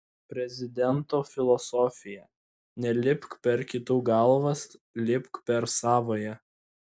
prezidento filosofija nelipk per kitų galvas lipk per savąją